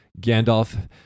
Gandalf